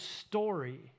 story